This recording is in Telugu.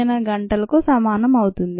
39 గంటలకు సమానం అవుతుంది